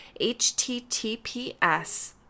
https